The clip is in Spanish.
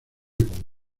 con